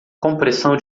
compressão